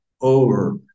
over